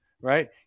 right